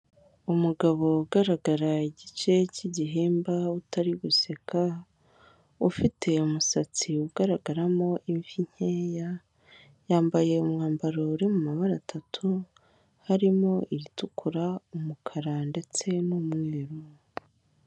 Umugabo ugaragara igice cy'igihimba utari guseka ufite umusatsi ugaragaramo imvi nkeya yambaye umwambaro uri mu mabara atatu harimo iritukura, umukara ndetse n'umweru.